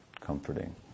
comforting